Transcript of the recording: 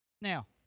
Now